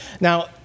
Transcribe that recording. Now